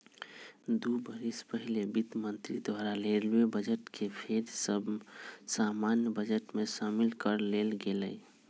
दू बरिस पहिले वित्त मंत्री द्वारा रेलवे बजट के फेर सँ सामान्य बजट में सामिल क लेल गेलइ